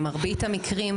במרבית המקרים,